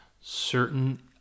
certain